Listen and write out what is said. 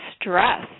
stress